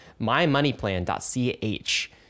mymoneyplan.ch